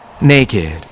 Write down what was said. naked